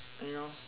you know